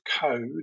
code